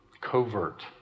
covert